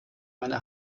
meine